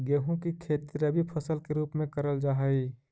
गेहूं की खेती रबी फसल के रूप में करल जा हई